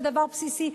זה דבר בסיסי,